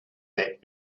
that